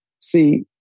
See